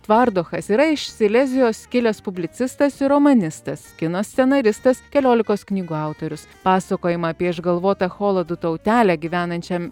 tvardochas yra iš silezijos kilęs publicistas ir romanistas kino scenaristas keliolikos knygų autorius pasakojimą apie išgalvotą cholodo tautelę gyvenančiam